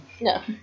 No